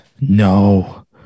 No